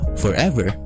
forever